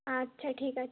আচ্ছা ঠিক আছে